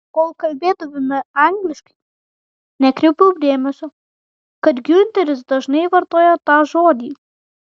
kol kalbėdavome angliškai nekreipiau dėmesio kad giunteris dažnai vartoja tą žodį